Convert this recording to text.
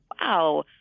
wow